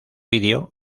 video